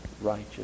righteous